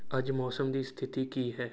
ਅੱਜ ਮੌਸਮ ਦੀ ਸਥਿਤੀ ਕੀ ਹੈ